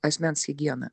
asmens higiena